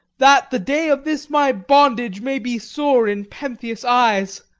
that the day of this my bondage may be sore in pentheus' eyes!